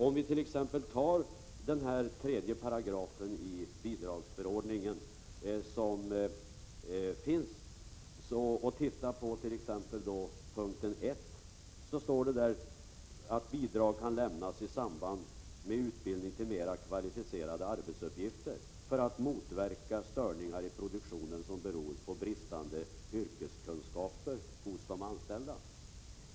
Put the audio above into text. Vi kan t.ex. titta på 3 § i bidragsförordningen, punkt 1. Där står det att bidrag kan lämnas i samband med utbildning till mer kvalificerade arbetsuppgifter, för att motverka störningar i produktionen som beror på bristande yrkeskunskaper hos de anställda.